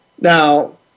Now